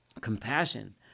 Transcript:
compassion